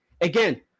Again